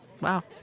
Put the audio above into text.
Wow